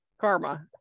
karma